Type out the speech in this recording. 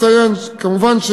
כמובן,